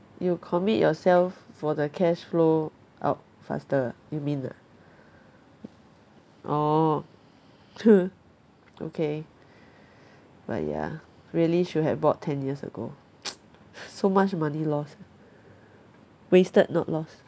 you commit yourself for the cash flow out faster you mean ah orh okay but ya really should have bought ten years ago so much money lost wasted not lost